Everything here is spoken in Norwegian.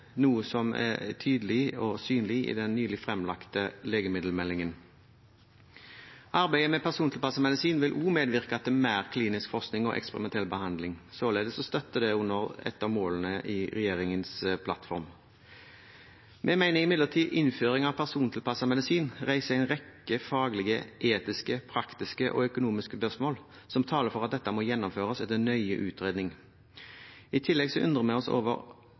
noe som er tydelig og synlig i den nylig fremlagte legemiddelmeldingen. Arbeidet med persontilpasset medisin vil også medvirke til mer klinisk forskning og eksperimentell behandling, og således støtter det opp under et av målene i regjeringens plattform. Vi mener imidlertid innføring av persontilpasset medisin reiser en rekke faglige, etiske, praktiske og økonomiske spørsmål som taler for at dette må gjennomføres etter nøye utredning. I tillegg undrer vi oss over